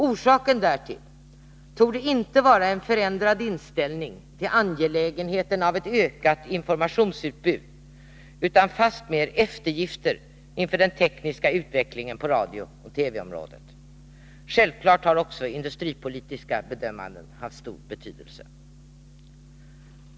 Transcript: Orsaken därtill torde inte vara en förändrad inställning till angelägenheten av ett ökat informationsutbud utan fastmer eftergifter inför den tekniska utvecklingen på radiooch TV området. Självfallet har också industripolitiska bedömningar haft stor betydelse.